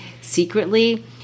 secretly